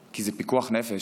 כי זה פיקוח נפש.